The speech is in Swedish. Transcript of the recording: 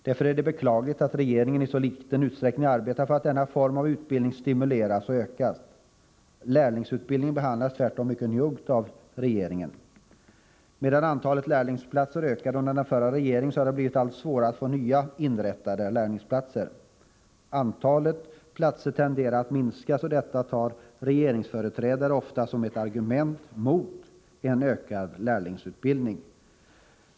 Därför är det beklagligt att regeringen i så liten utsträckning arbetar för att denna form av utbildning stimuleras och ökas. Lärlingsutbildningen behandlas tvärtom mycket njuggt av regeringen. Medan antalet lärlingsplatser ökade under den förra regeringen, har det blivit allt svårare att få nya inrättade lärlingsplatser. Antalet lärlingsplatser tenderar att minska, och detta tar regeringsföreträdare ofta som ett argument mot en ökad lärlingsutbildning.